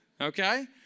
okay